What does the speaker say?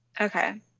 Okay